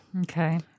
okay